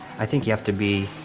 i think you have to be